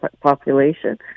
population